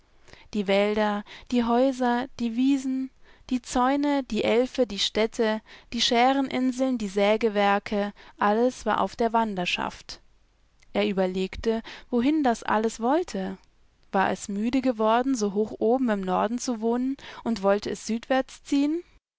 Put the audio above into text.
die wälder die häuser die wiesen die zäune die elfe die städte die schäreninseln die sägewerke alles war auf der wanderschaft er überlegte wohin das wohl alles wollte war es müde geworden so hoch oben im norden zu wohnen und wollte es südwärts ziehen